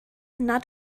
nad